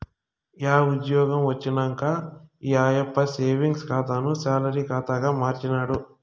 yeah ఉజ్జ్యోగం వచ్చినంక ఈ ఆయప్ప సేవింగ్స్ ఖాతాని సాలరీ కాతాగా మార్చినాడు